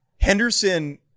Henderson